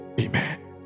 Amen